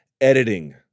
editing